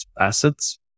assets